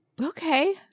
Okay